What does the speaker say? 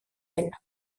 ailes